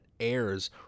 airs